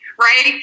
right